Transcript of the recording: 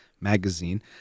Magazine